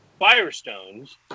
Firestone's